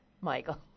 Michael